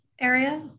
area